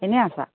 এনেই আছা